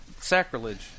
sacrilege